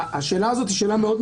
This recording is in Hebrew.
שרים.